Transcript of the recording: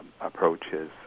Approaches